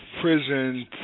prison